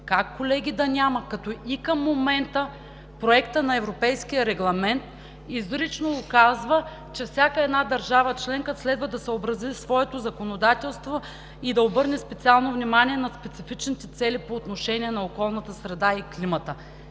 Как, колеги, да няма, като и към момента Проектът на европейския регламент изрично указва, че всяка една държава членка следва да съобрази своето законодателство и да обърне специално внимание на специфичните цели по отношение на околната среда и климата?